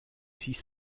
six